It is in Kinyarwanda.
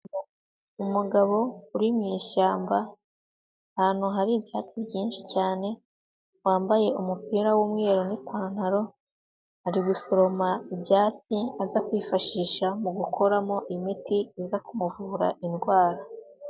Umugabo uri mu ishyamba, ahantu hari ibyatsi byinshi cyane, wambaye umupira w'umweru n'ipantaro, ari gusoroma ibyatsi aza kwifashisha mu gukoramo imiti iza kumuvura indwara.